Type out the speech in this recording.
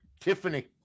Tiffany